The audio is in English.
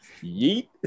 yeet